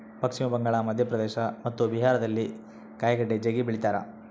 ಪಶ್ಚಿಮ ಬಂಗಾಳ, ಮಧ್ಯಪ್ರದೇಶ ಮತ್ತು ಬಿಹಾರದಲ್ಲಿ ಕಾಯಿಗಡ್ಡೆ ಜಗ್ಗಿ ಬೆಳಿತಾರ